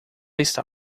está